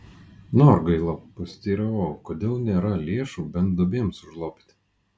norgailo pasiteiravau kodėl nėra lėšų bent duobėms užlopyti